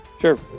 Sure